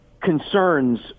concerns